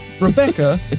Rebecca